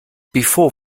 before